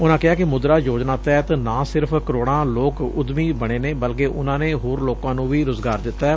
ਉਨੂੰ ਕਿਹਾ ਕਿ ਮੁਦਰਾ ਯੋਜਨਾ ਤਹਿਤ ਨਾ ਸਿਰਫ਼ ਕਰੋੜਾ ਲੋਕ ਉੱਦਮੀ ਬਣੇ ਨੇ ਬਲਕਿ ਉਨਾਂ ਨੇ ਹੋਰ ਲੋਕਾਂ ਨੰ ਵੀ ਰੁਜ਼ਗਾਰ ਦਿੱਤੈ